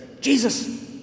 Jesus